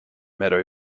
meadow